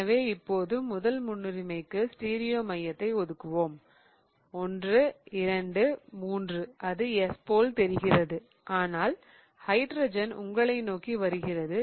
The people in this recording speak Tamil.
எனவே இப்போது முதல் மூலக்கூறுக்கு ஸ்டீரியோ மையத்தை ஒதுக்குவோம் 1 2 3 அது S போல் தெரிகிறது ஆனால் ஹைட்ரஜன் உங்களை நோக்கி வருகிறது